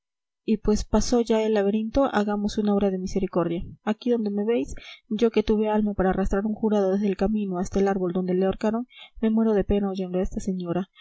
y pues pasó ya el laberinto hagamos una obra de misericordia aquí donde me veis yo que tuve alma para arrastrar a un jurado desde el camino hasta el árbol donde le ahorcaron me muero de pena oyendo a esta señora